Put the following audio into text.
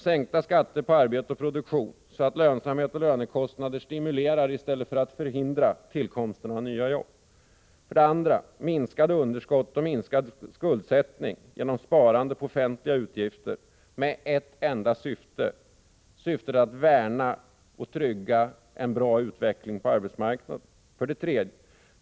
Sänkta skatter på arbete och produktion så att lönsamhet och lönekostnader stimulerar i stället för att förhindra tillkomsten av nya jobb. 2. Minskade underskott och minskad skuldsättning genom sparande på offentliga utgifter med ett enda syfte, nämligen att värna och trygga en bra utveckling på arbetsmarknaden. 3.